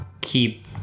keep